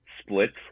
splits